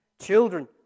Children